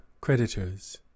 creditors